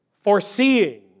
foreseeing